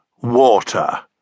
water